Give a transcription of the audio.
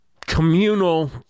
communal